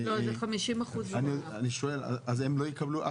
אז הם לא יקבלו,